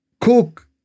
cook